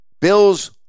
Bills